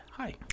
Hi